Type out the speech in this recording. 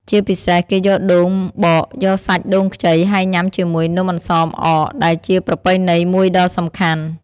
ជាពិសេស គេយកដូងមកបកយកសាច់ដូងខ្ចី ហើយញ៉ាំជាមួយនំអន្សមអក ដែលជាប្រពៃណីមួយដ៏សំខាន់។